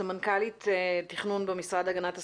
סמנכ"לית תכנון במשרד להגנת הסביבה,